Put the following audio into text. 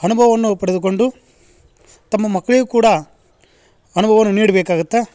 ಅನುಭವವನ್ನು ಪಡೆದುಕೊಂಡು ತಮ್ಮ ಮಕ್ಕಳಿಗು ಕೂಡ ಅನುಭವವನ್ನು ನೀಡ್ಬೇಕಾಗತ್ತೆ